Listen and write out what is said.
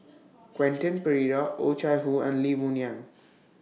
Quentin Pereira Oh Chai Hoo and Lee Boon Yang